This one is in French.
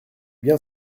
bien